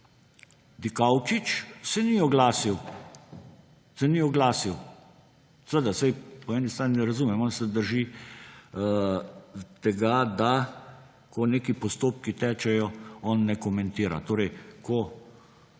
Dikaučič ni oglasil. Se ni oglasil. Seveda, saj po eni strani razumem, on se drži tega, da ko neki postopki tečejo, on ne komentira. Torej ko